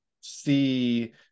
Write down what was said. see